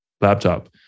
laptop